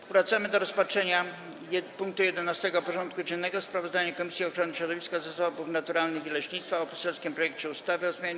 Powracamy do rozpatrzenia punktu 11. porządku dziennego: Sprawozdanie Komisji Ochrony Środowiska, Zasobów Naturalnych i Leśnictwa o poselskim projekcie ustawy o zmianie